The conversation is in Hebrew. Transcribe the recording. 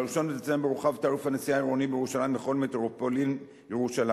ב-1 בדצמבר הורחב תעריף הנסיעה העירוני בירושלים לכל מטרופולין ירושלים.